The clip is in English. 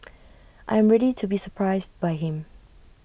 I am ready to be surprised by him